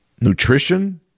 Nutrition